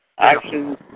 Actions